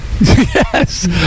Yes